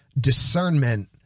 discernment